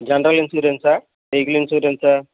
general ఇన్సురెన్సా vehicle ఇన్సురెన్సా